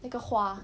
那个花